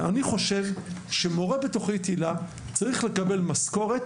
שמורה בתוכנית היל"ה צריך לקבל משכורת